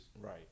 Right